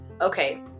okay